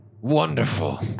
Wonderful